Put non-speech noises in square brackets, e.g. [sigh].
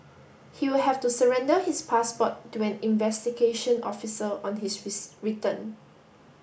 he will have to surrender his passport to an investigation officer on his [unintelligible] return